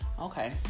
okay